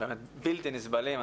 באמת בלתי נסבלים.